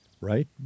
right